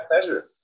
pleasure